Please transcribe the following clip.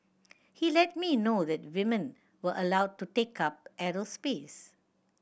he let me know that women were allowed to take up aerospace